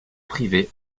privés